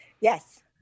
yes